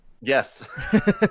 Yes